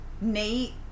Nate